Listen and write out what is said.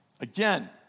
again